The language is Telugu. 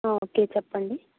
ఓకే చెప్పండి